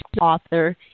author